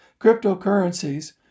cryptocurrencies